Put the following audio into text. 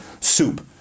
soup